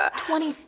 ah twenty